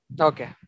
okay